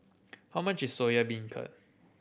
how much is Soya Beancurd